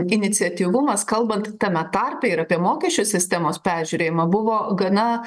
iniciatyvumas kalbant tame tarpe ir apie mokesčių sistemos peržiūrėjimą buvo gana